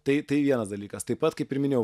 tai tai vienas dalykas taip pat kaip ir minėjau